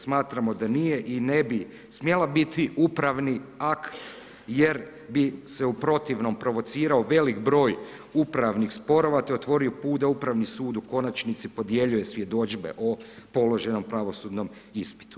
Smatramo da nije i ne bi smjela biti upravni akt jer bi se u protivnom provocirao velik broj upravnih sporova te otvorio put da Upravni sud u konačnici podjeljuje svjedodžbe o položenom pravosudnom ispitu.